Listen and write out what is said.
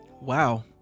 Wow